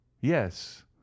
Yes